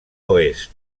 oest